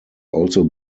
also